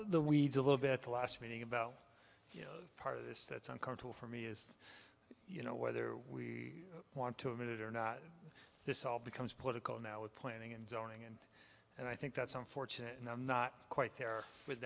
the weeds a little bit the last meeting about part of this that's uncomfortable for me is you know whether we want to admit it or not this all becomes political now with planning and zoning and and i think that's unfortunate and i'm not quite there with